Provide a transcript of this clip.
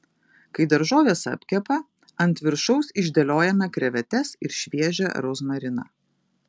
kai daržovės apkepa ant viršaus išdėliojame krevetes ir šviežią rozmariną